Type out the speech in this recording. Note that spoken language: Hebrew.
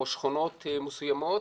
או שכונות מסוימות,